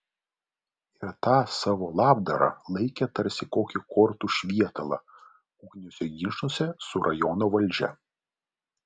ir tą savo labdarą laikė tarsi kokį kortų švietalą ūkiniuose ginčuose su rajono valdžia